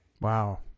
Wow